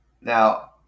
Now